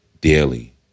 daily